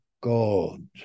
God